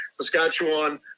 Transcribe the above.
Saskatchewan